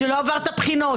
שלא עבר את הבחינות,